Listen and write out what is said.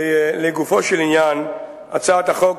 לגופו של עניין, בהצעת החוק